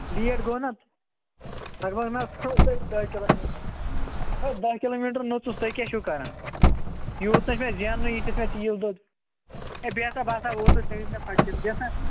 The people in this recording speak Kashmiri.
لِیٹ گوٚو نا واللہ نَژنووس تۄہہِ بہٕ دہ کِلومیٖٹر دوپمو دہ کِلومیٖٹر نوژُس تُہی کیاہ چھِو کَران یوٗتاہ چھا زینُن ییٖتِس مےٚ تیٖل دۄد اے بیٚہہ سا بہٕ ہسا ووتُس ژےٚ أنِتھ مےٚ خۄشکیٚتھ بیٚہہ سا